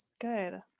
good